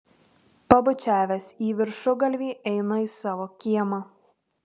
pabučiavęs į viršugalvį eina į savo kiemą